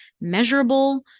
measurable